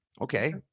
Okay